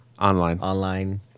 online